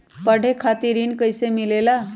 पढे खातीर ऋण कईसे मिले ला?